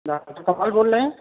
doctor Kamal بول رہے ہیں